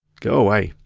go away,